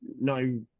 no